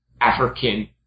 African